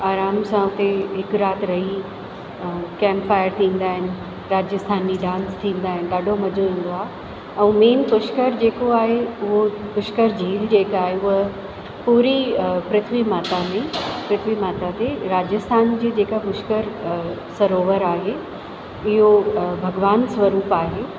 आराम सां हुते हिकु राति रही ऐं कैंप फायर थींदा आहिनि राजस्थानी डांस थींदा आहिनि ॾाढो मज़ो ईंदो आहे ऐं मेन पुष्कर जेको आहे उहो पुष्कर झील जेको आहे पूरी पृथ्वी माता में पृथ्वी माता ते राजस्थान जी जेका पुष्कर सरोवर आहे इहो भॻवान स्वरुप आहे